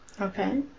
Okay